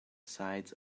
sides